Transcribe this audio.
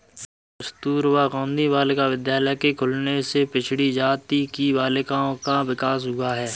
कस्तूरबा गाँधी बालिका विद्यालय के खुलने से पिछड़ी जाति की बालिकाओं का विकास हुआ है